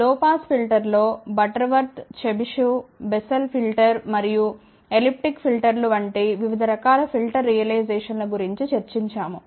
లో పాస్ ఫిల్టర్లో Butterworth Chebyshev Bessel filter మరియు ఎలిప్టిక్ ఫిల్టర్లు వంటి వివిధ రకాల ఫిల్టర్ రియలైజేషన్ల గురించి చర్చిస్తాము